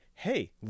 Hey